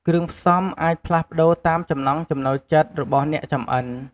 គ្រឿងផ្សំអាចផ្លាស់ប្តូរតាមចំណង់ចំណូលចិត្តរបស់អ្នកចម្អិន។